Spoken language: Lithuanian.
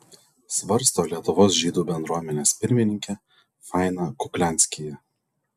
svarsto lietuvos žydų bendruomenės pirmininkė faina kuklianskyje